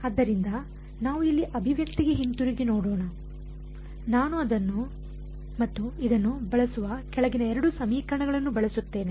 ಆದ್ದರಿಂದ ನಾವು ಇಲ್ಲಿ ಅಭಿವ್ಯಕ್ತಿಗೆ ಹಿಂತಿರುಗಿ ನೋಡೋಣ ನಾನು ಇದನ್ನು ಮತ್ತು ಇದನ್ನು ಬಳಸುವ ಕೆಳಗಿನ 2 ಸಮೀಕರಣಗಳನ್ನು ಬಳಸುತ್ತೇನೆ